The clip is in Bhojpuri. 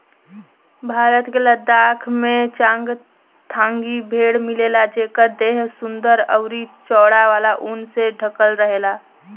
भारत के लद्दाख में चांगथांगी भेड़ मिलेली जेकर देह सुंदर अउरी चौड़ा वाला ऊन से ढकल रहेला